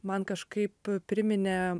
man kažkaip priminė